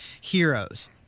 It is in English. Heroes